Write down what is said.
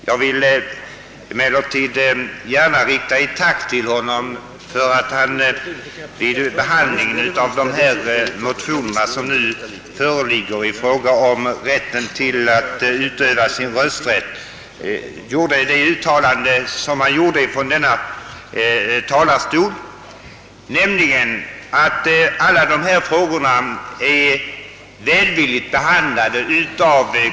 Jag vill emellertid gärna rikta ett tack till honom för hans uttalande att konstitutionsutskottets behandling av de motioner, som nu föreligger i fråga om möjligheten att utöva sin rösträtt, varit välvillig.